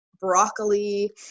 broccoli